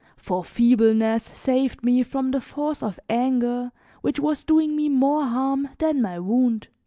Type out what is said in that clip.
for feebleness saved me from the force of anger which was doing me more harm than my wound.